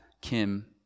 Kim